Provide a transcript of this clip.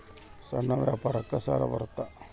ಸಣ್ಣ ವ್ಯಾಪಾರಕ್ಕ ಸಾಲ ಬರುತ್ತಾ?